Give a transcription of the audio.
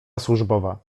służbowa